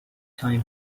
time